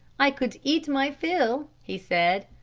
i could eat my fill, he said,